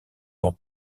pour